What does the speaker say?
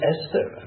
Esther